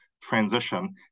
transition